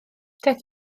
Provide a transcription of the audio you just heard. daeth